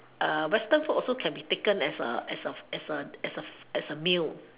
western food can also be taken as a as a as a as a meal